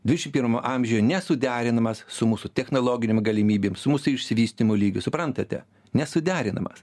dvidešim primam amžiuje nesuderinamas su mūsų technologinėm galimybėm su mūsų išsivystymo lygiu suprantate nesuderinamas